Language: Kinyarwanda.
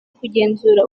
kugenzura